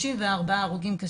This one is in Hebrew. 34 הרוגים.